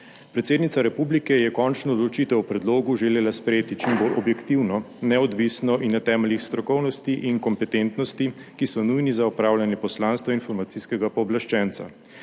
Predsednica republike je končno odločitev o predlogu želela sprejeti čim bolj objektivno, neodvisno in na temeljih strokovnosti in kompetentnosti, ki so nujni za opravljanje poslanstva informacijskega pooblaščenca,